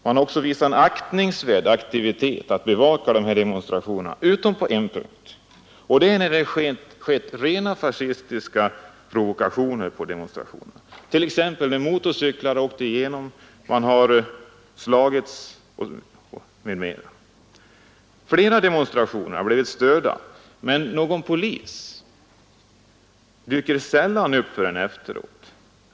Man har också visat en aktningsvärd aktivitet när det gällt att bevaka de här demonstrationerna, utom på en punkt nämligen när det förekommit rent fascistiska provokationer, exempelvis att motorcyklar åkt igenom demonstrantgrupperna, att man slagits m.m. Flera demonstrationer har blivit störda, men någon polis dyker sällan upp förrän efteråt.